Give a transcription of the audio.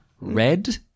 red